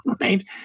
right